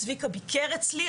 צביקה ביקר אצלי,